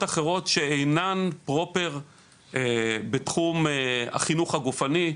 שונות שאינן בתוך תחום החינוך הגופני,